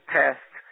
test